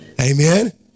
Amen